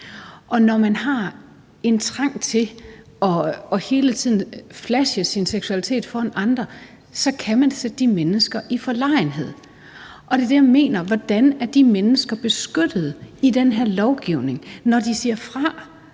Og når man har en trang til hele tiden at flashe sin seksualitet foran andre, kan man sætte de mennesker i forlegenhed. Og det er det, jeg mener: Hvordan er de mennesker beskyttet i den her lovgivning, når de siger fra